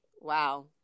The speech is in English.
Wow